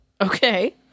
Okay